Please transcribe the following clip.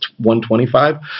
125